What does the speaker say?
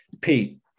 Pete